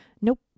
Nope